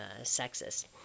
sexist